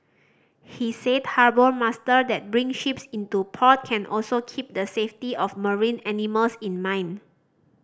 he said harbour master that bring ships into port can also keep the safety of marine animals in mind